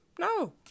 No